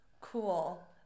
cool